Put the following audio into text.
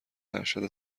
ارشد